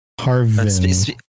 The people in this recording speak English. Harvin